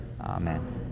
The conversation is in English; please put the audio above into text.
Amen